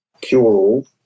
cure-all